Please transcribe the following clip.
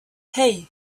hei